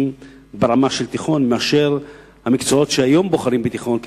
ברמה של תיכון מאשר את המקצועות שהיום בוחרים בתיכון,